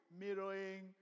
mirroring